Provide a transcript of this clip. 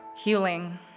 healing